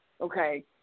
okay